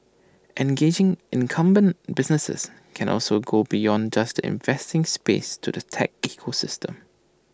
engaging incumbent businesses can also go beyond just the investing space to the tech ecosystem